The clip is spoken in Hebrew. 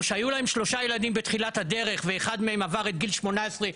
או שהיו להן שלושה ילדים בתחילת הדרך ואחד מהם עבר את גיל 18,